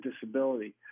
disability